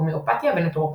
הומאופתיה ונטורופתיה.